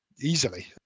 easily